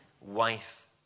wife